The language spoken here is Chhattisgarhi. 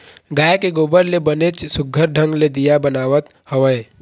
गाय के गोबर ले बनेच सुग्घर ढंग ले दीया बनात हवय